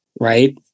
Right